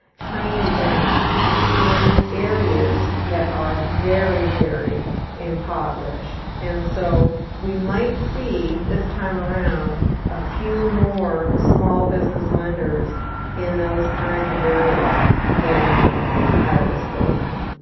tiny banks in areas that are very, very impoverished. and so we might see this time around a few more small business lenders in those kinds of areas getting money out of this program.